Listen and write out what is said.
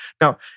Now